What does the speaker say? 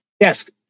yes